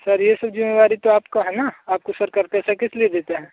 sir ये सब ज़िम्मेदारी तो आपकी है ना आपको सरकार पैसा किस लिए देती है